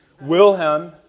Wilhelm